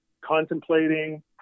contemplating